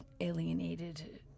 alienated